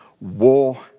war